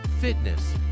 fitness